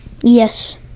Yes